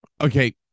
okay